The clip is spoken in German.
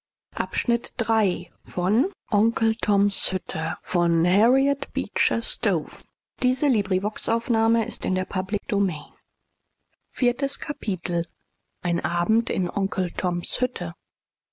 und gattin viertes kapitel ein abend in onkel tom's hütte